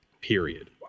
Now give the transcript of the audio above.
period